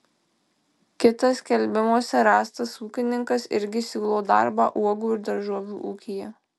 kitas skelbimuose rastas ūkininkas irgi siūlo darbą uogų ir daržovių ūkyje